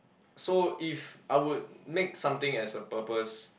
so if I would make something as a purpose